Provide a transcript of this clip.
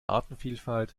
artenvielfalt